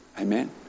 Amen